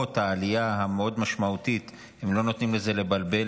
שלמרות העלייה המאוד-משמעותית הם לא נותנים לזה לבלבל.